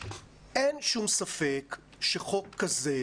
אין שום ספק שחוק כזה,